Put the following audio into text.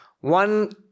one